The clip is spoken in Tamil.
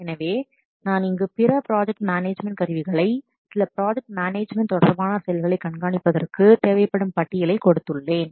எனவே நான் இங்கு பிற ப்ராஜெக்ட் மேனேஜ்மெண்ட் கருவிகளை சில ப்ராஜெக்ட் மேனேஜ்மெண்ட் தொடர்பான செயல்களை கண்காணிப்பதற்கு தேவைப்படும் பட்டியலை கொடுத்துள்ளேன்